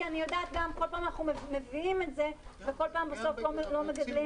אני יודעת שכל פעם אנחנו מביאים את זה ------ אני מבקש